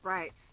Right